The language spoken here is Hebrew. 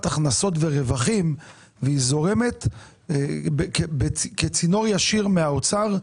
הכנסות ורווחים והיא זורמת כצינור ישיר מהאוצר.